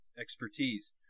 expertise